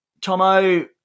Tomo